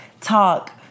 talk